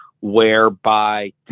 Whereby